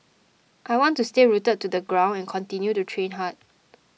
I want to stay rooted to the ground and continue to train hard